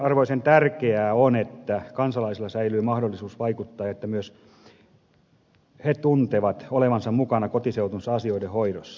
ensiarvoisen tärkeää on että kansalaisilla säilyy mahdollisuus vaikuttaa ja että he myös tuntevat olevansa mukana kotiseutunsa asioiden hoidossa